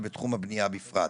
ובתחום הבנייה בפרט.